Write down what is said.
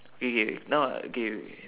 okay now uh K